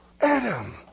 Adam